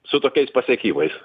su tokiais pasiekimais